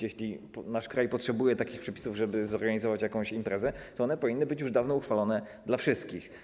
Jeśli nasz kraj potrzebuje takich przepisów, żeby zorganizować jakąś imprezę, to one powinny być już dawno uchwalone dla wszystkich.